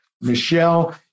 Michelle